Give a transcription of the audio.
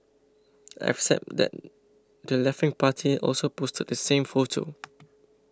except that the leftwing party also posted the same photo